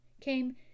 came